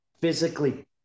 physically